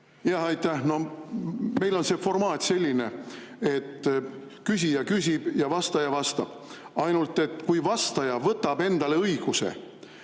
kohta. Aitäh! Meil on see formaat selline, et küsija küsib ja vastaja vastab. Ainult et kui vastaja võtab endale õiguse